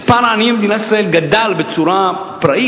מספר העניים במדינת ישראל גדל בצורה פראית,